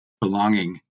belonging